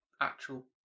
actual